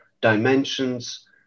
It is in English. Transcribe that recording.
dimensions